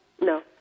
No